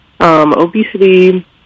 obesity